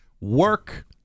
work